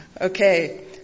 Okay